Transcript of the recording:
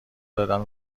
دادن